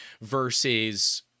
versus